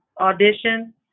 audition